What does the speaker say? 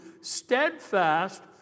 steadfast